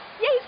Yay